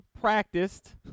practiced